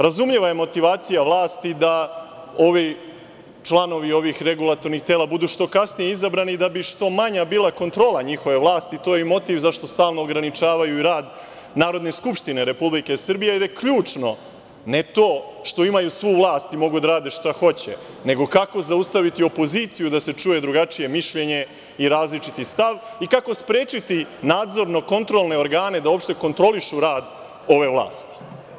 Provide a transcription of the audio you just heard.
Razumljiva je motivacija vlasti da članovi ovih regulatornih tela budu što kasnije izabrani da bi bila što manja kontrola njihove vlasti, a to je i motiv zašto stalno ograničavaju rad Narodne skupštine Republike Srbije, jer je ključno, ne to što imaju svu vlast i mogu da rade šta hoće, nego kako zaustaviti opoziciju da se čuje drugačije mišljenje i različiti stav i kako sprečiti nadzorno-kontrolne organe da uopšte kontrolišu rad ove vlasti.